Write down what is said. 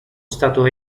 stato